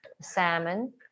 salmon